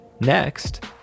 Next